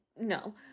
No